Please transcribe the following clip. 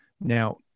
Now